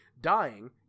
dying